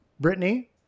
Brittany